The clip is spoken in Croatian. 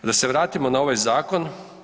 Da se vratimo na ovaj zakon.